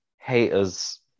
haters